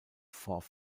fort